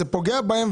זה פוגע בהם.